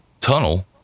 tunnel